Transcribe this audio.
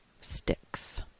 sticks